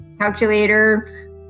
calculator